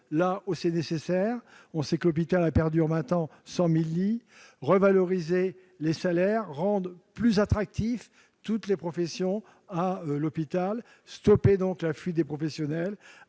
là où c'est nécessaire- on le sait, l'hôpital a perdu en vingt ans 100 000 lits -, revaloriser les salaires, rendre plus attractives toutes les professions à l'hôpital, stopper la fuite des professionnels,